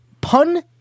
Pun